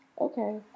okay